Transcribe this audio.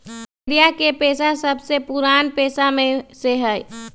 गरेड़िया के पेशा सबसे पुरान पेशा में से हई